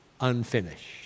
unfinished